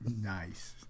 Nice